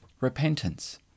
repentance